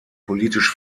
politisch